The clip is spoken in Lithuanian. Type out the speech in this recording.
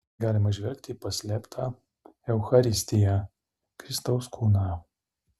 galima įžvelgti paslėptą eucharistiją kristaus kūną